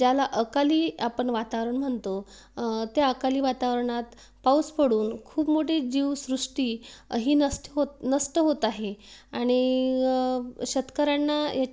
ज्याला अकाली आपण वातावरण म्हणतो त्या अकाली वातावरणात पाऊस पडून खूप मोठी जीवसृष्टी ही नष्ट होत नष्ट होत आहे आणि शेतकऱ्यांना ह्या